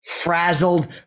frazzled